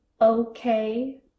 okay